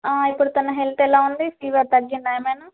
ఇప్పుడు తన హెల్త్ ఎలా ఉంది ఫీవర్ తగ్గిందా ఏమైనా